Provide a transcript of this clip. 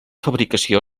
fabricació